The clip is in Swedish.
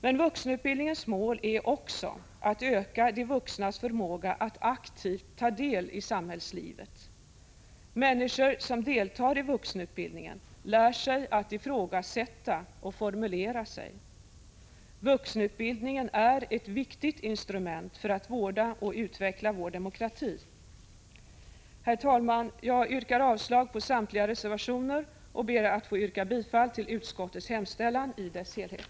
Men vuxenutbildningens mål är också att öka de vuxnas förmåga att aktivt ta del i samhällslivet. Människor som deltar i vuxenutbildningen lär sig att ifrågasätta och formulera sig. Vuxenutbildningen är ett viktigt instrument för att vårda och utveckla vår demokrati. Herr talman! Jag yrkar avslag på samtliga reservationer och ber att få yrka bifall till utskottets hemställan i dess helhet.